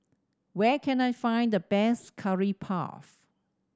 where can I find the best Curry Puff